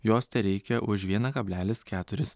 jos tereikia už vieną kablelis keturis